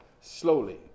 slowly